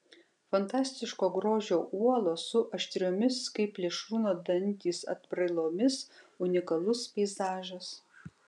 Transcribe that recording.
fantastiško grožio uolos su aštriomis kaip plėšrūno dantys atbrailomis unikalus peizažas